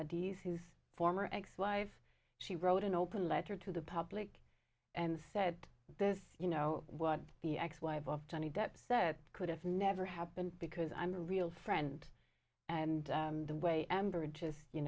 d s whose former ex wife she wrote an open letter to the public and said this you know what the ex wife of johnny depp said could have never happened because i'm a real friend and the way